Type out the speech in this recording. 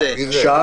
שוב